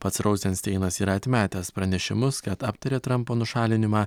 pats rouzensteinas yra atmetęs pranešimus kad aptaria trampo nušalinimą